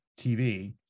TV